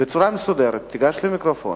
בצורה מסודרת תיגש למיקרופון,